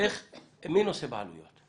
נושא בעלויות?